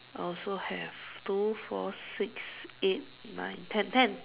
I also have two four six eight nine ten ten